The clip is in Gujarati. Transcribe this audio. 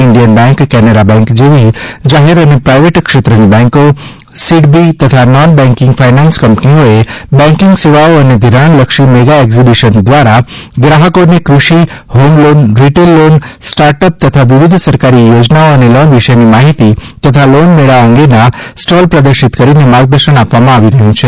ઈન્ડિયન બેંક કેનરા બેંક જેવી જાહેર અને પ્રાઇવેટ ક્ષેત્રની બેન્કો સિડબી તથા નોન બેન્કિંગ ફાઇનાન્સ કંપનીઓએ બેન્કિંગ સેવાઓ અને ધિરાણલક્ષી મેગા એકઝિબીશન દ્વારા ગ્રાહકોને કૃષિ home loan retail loan start up તથા વિવિધ સરકારી યોજના અને લોન વિશેની માહિતી તથા લોન મેળા અંગેના સ્ટોલ પ્રદર્શિત કરીને માર્ગદર્શન આપવામાં આવી રહ્યું છે